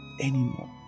anymore